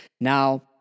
Now